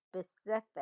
specific